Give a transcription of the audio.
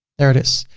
there it is.